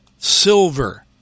Silver